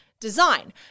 design